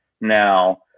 now